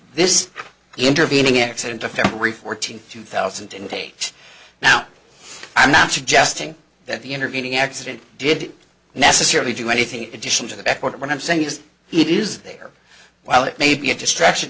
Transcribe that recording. this intervening accident of february fourteenth two thousand and eight now i'm not suggesting that the intervening accident did necessarily do anything addition to the court what i'm saying is it is there well it may be a distraction